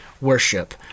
worship